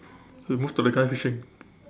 so we move to the guy fishing